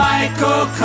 Michael